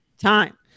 time